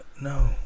No